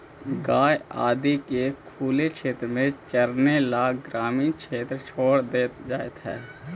गाय आदि को खुले क्षेत्र में चरने ला ग्रामीण क्षेत्र में छोड़ देल जा हई